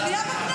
בבקשה.